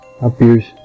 appears